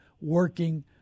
working